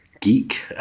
geek